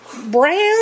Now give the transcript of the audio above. brown